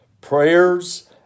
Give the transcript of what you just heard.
prayers